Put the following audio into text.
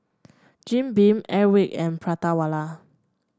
Jim Beam Airwick and Prata Wala